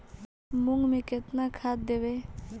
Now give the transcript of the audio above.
मुंग में केतना खाद देवे?